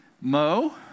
Mo